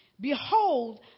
Behold